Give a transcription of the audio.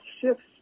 shifts